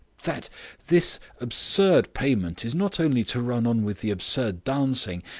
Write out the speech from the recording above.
that this absurd payment is not only to run on with the absurd dancing,